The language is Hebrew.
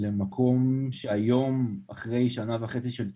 למקום שהיום, אחרי שנה וחצי של טיפול,